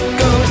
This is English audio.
go